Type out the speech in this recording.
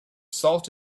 salt